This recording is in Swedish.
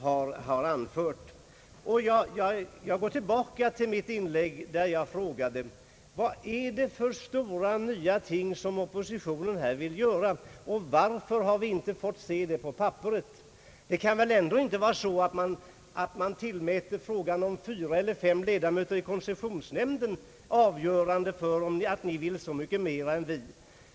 Jag upprepar då på nytt den fråga jag ställde i mitt tidigare inlägg: Vad är det för stora nya ting som oppositionen här vill göra, och varför har vi inte fått se dessa förslag på papperet? Det kan väl ändå inte vara så att ni tillmäter frågan om fyra eller fem ledamöter i koncessionsnämnden någon avgörande betydelse vid bedömningen av huruvida ni vill åstadkomma så mycket mer än vi.